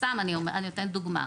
סתם אני נותנת דוגמה.